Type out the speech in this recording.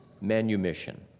manumission